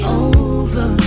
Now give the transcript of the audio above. over